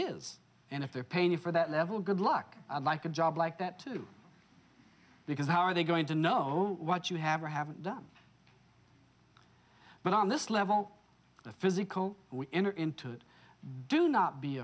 is and if they're paying for that level good luck like a job like that too because how are they going to know what you have or haven't done but on this level the physical we enter into it do not be